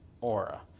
aura